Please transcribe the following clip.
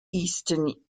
eastern